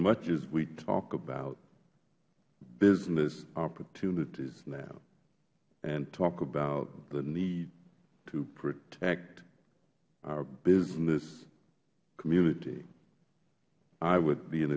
much as we talk about business opportunities now and talk about the need to protect our business community i would be